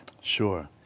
Sure